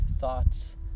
thoughts